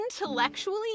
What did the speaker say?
intellectually